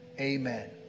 amen